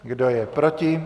Kdo je proti?